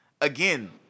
Again